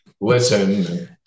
listen